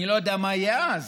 לא יודע מה יהיה אז.